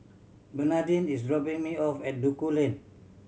Bernadine is dropping me off at Duku Lane